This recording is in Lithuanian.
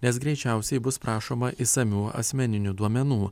nes greičiausiai bus prašoma išsamių asmeninių duomenų